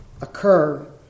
occur